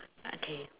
okay